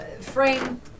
Frame